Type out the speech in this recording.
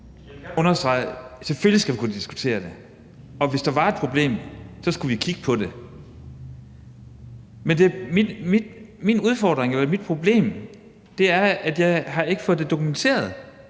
selvfølgelig skal kunne diskutere det, og hvis der var et problem, skulle vi kigge på det. Men mit problem er, at jeg ikke har fået det dokumenteret.